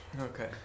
Okay